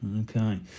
Okay